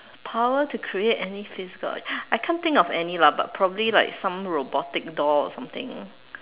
power to create any physical I can't think of any lah but probably like some robotic dolls or something